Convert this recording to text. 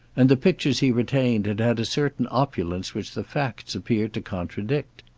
and the pictures he retained had had a certain opulence which the facts appeared to contradict.